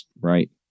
Right